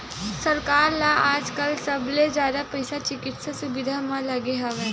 सरकार ल आजकाल सबले जादा पइसा चिकित्सा सुबिधा म लगे हवय